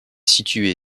situé